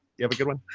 you have a good one.